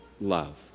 love